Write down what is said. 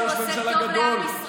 היה ראש ממשלה גדול,